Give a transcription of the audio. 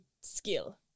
skill